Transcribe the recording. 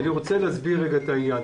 אני רוצה להסביר את העניין.